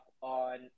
on